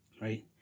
Right